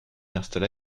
installa